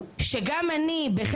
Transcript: אני לא מאמינה בזה סליחה.